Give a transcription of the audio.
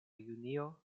junio